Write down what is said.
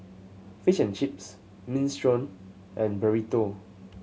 Fish and Chips Minestrone and Burrito